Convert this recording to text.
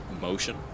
motion